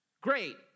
great